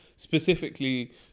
specifically